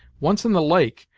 once in the lake,